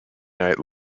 night